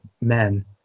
men